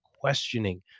questioning